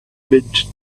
mint